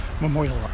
Memorial